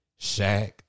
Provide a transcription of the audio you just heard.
Shaq